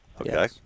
okay